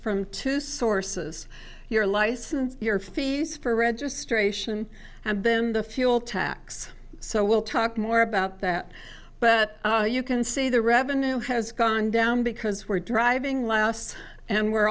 from two sources your license your fees for registration and then the fuel tax so we'll talk more about that but you can see the revenue has gone down because we're driving less and we're